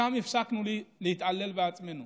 שם הפסקנו להתעלל בעצמנו.